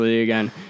again